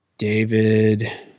David